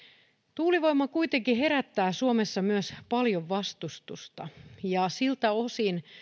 tuulivoima kuitenkin herättää suomessa myös paljon vastustusta ja siltä osin